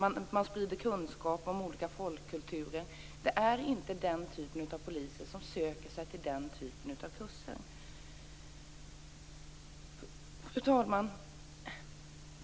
med att man sprider kunskap om olika folkkulturer. Det är inte den typen av poliser som söker sig till den här typen av kurser. Fru talman!